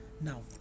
Now